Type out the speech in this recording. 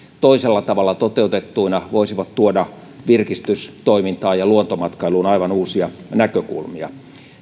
toisella tavalla toteutettuina voisivat tuoda virkistystoimintaan ja luontomatkailuun aivan uusia näkökulmia